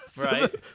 right